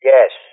Yes